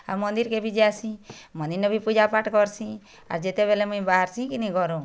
ଆଉ ମନ୍ଦିର୍ କେ ବି ଯାଏସି ମନ୍ଦିର୍ ନେବି ପୂଜାପାଠ୍ କରସି ଆଉ ଯେତେବେଳେ ମୁଇଁ ବାହାରସି କିନି ଘରୁ